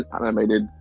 animated